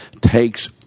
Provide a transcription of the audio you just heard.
takes